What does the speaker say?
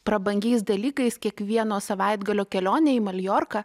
prabangiais dalykais kiekvieno savaitgalio kelionė į maljorką